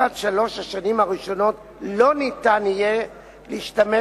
בתקופת שלוש השנים הראשונות לא ניתן יהיה להשתמש